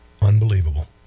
unbelievable